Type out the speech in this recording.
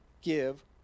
give